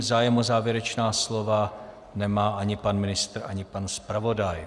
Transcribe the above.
Zájem o závěrečná slova nemá ani pan ministr, ani pan zpravodaj.